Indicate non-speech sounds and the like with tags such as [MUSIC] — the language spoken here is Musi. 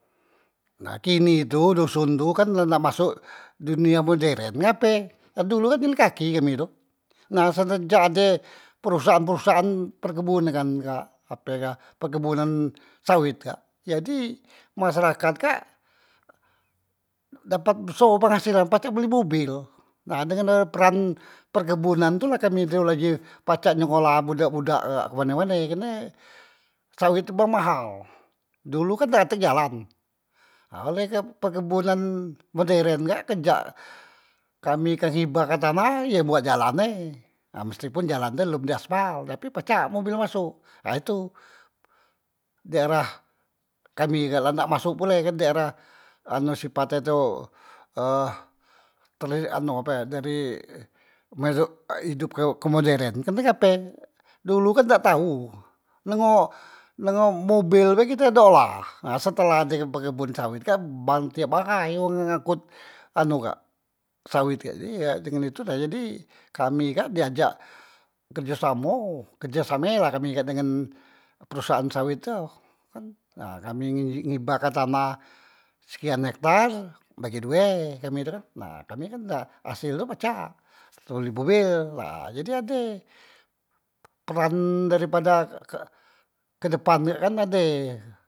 Nah kini tu doson tu kan la nak masok dunia moderen, ngape dulu kan jalan kaki kami tu nah senenjak ade perusahaan- perusahaan perkebunan kak ape kak perkebunan sawet kak, jadi masyarakat kak dapat beso penghaselan pacak beli mobel nah dengan ado peran perkebunan tu la kami tu laju pacak nyekolah budak- budak kak kemane- mane, kerne sawet tu bang mahal, dulu kan dak tek jalan, ha oleh perkebunan moderen kak ke jak kami ke hibah kan tanah ye buat jalan e ha meskipun jalan e lom di aspal, tapi pacak mobel masok ha itu daerah kami kak, la nak masok pule kan daerah anu sipat e tu eh ter anu ape dari mer [UNINTELLIGIBLE] idop ke moderen karne ngape dulu kan tau, dengo, dengo mobel be kite dak olah setelah adek perkebunan sawet kak bang tiap ahai wong yang ngangkut anu kak sawet kak jadi ngan itu, jadi kami kak di ajak kerjasamo, kerjesame la kami kak dengan perusahaan sawet tu kan kami ngibahkan tanah sekian hektar bagi due kami tu kan, nah kami kan hasel tu pacak ntok beli mobel ha jadi ade peran daripada ke ke depan kak ade.